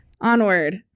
Onward